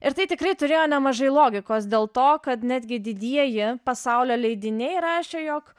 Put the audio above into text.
ir tai tikrai turėjo nemažai logikos dėl to kad netgi didieji pasaulio leidiniai rašė jog